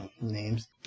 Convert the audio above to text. names